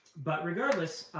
but regardless,